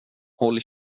håll